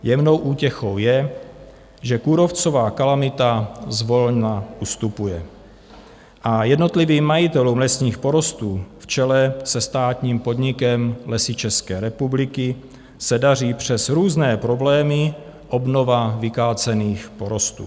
Jemnou útěchou je, že kůrovcová kalamita zvolna ustupuje a jednotlivým majitelům lesních porostů v čele se státním podnikem Lesy České republiky se daří přes různé problémy obnova vykácených porostů.